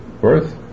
birth